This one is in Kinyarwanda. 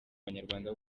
banyarwanda